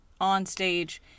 onstage